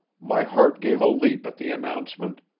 my heart gave a leap at the announcement,